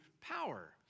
power